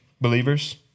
believers